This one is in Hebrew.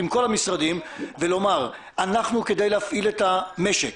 ולומר - אנחנו כדי להפעיל את המשק,